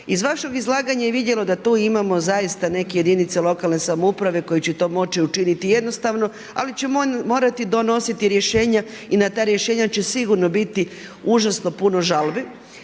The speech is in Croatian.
Iz vašeg izlaganja je vidljivo da tu imamo zaista neke jedinice lokalne samouprave koje će to moći učiniti jednostavno ali će morati donositi rješenja i na ta rješenja će sigurno biti užasno puno žalbi